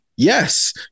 Yes